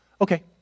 okay